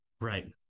Right